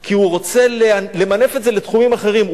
כי הוא רוצה למנף את זה לתחומים אחרים.